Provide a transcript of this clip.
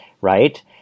right